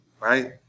right